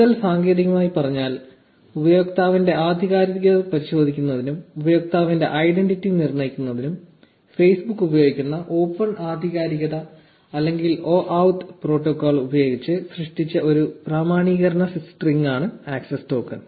കൂടുതൽ സാങ്കേതികമായി പറഞ്ഞാൽ ഉപയോക്താവിന്റെ ആധികാരികത പരിശോധിക്കുന്നതിനും ഉപയോക്താവിന്റെ ഐഡന്റിറ്റി നിർണ്ണയിക്കുന്നതിനും ഫേസ്ബുക്ക് ഉപയോഗിക്കുന്ന ഓപ്പൺ ആധികാരികത അല്ലെങ്കിൽ OAuth പ്രോട്ടോക്കോൾ ഉപയോഗിച്ച് സൃഷ്ടിച്ച ഒരു പ്രാമാണീകരണ സ്ട്രിംഗാണ് ആക്സസ് ടോക്കൺ